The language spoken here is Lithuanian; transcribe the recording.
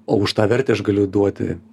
o už tą vertę aš galiu duoti